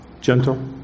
gentle